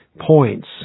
points